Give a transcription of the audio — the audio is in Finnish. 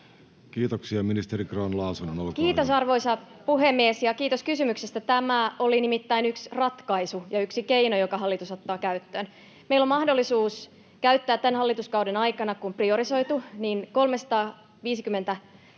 Kiitos, arvoisa puhemies, ja kiitos kysymyksestä! Tämä oli nimittäin yksi ratkaisu ja yksi keino, jonka hallitus ottaa käyttöön. Meillä on mahdollisuus käyttää tämän hallituskauden aikana, kun on priorisoitu, 355